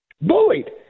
Bullied